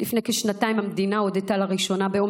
לפני כשנתיים המדינה הודתה לראשונה באומץ